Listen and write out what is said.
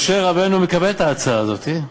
משה רבנו מקבל את ההצעה הזאת.